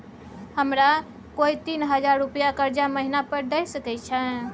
हमरा कोय तीन हजार रुपिया कर्जा महिना पर द सके छै?